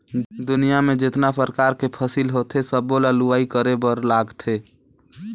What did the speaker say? दुनियां में जेतना परकार के फसिल होथे सबो ल लूवाई करे बर लागथे